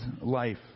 life